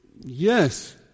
yes